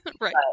Right